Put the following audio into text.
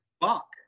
Bach